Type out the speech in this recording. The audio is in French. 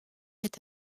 est